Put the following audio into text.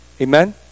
Amen